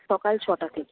সকাল ছটা থেকে